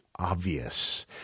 obvious